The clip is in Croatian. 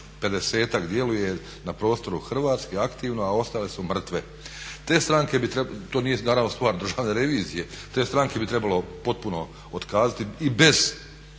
50-ak djeluje na prostoru Hrvatske aktivno a ostale su mrtve. To nije naravno stvar Državne revizije, te stranke bi trebalo potpuno otkazati i bez